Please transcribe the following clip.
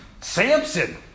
Samson